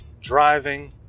driving